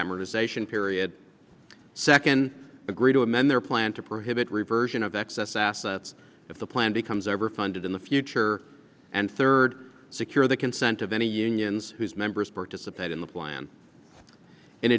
amortization period second agree to amend their plan to prohibit reversion of excess assets if the plan becomes ever funded in the future and third secure the consent of any unions whose members participate in the plan in